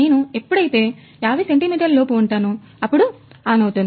నేను ఎప్పుడైతే 50 సెంటీమీటర్ల లోపు ఉంటానో అప్పుడు అవుతుంది